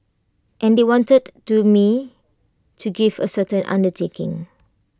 and they wanted to me to give A certain undertaking